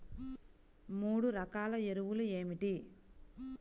మూడు రకాల ఎరువులు ఏమిటి?